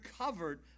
covered